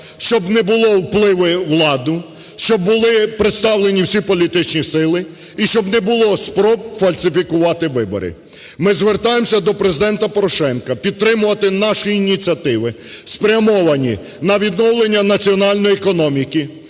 щоб не було впливу влади, щоб були представлені всі політичні сили і щоб не було спроб фальсифікувати вибори. Ми звертаємося до Президента Порошенка підтримувати наші ініціативи, спрямовані на відновлення національної економіки,